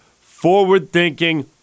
forward-thinking